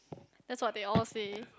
that's what they all say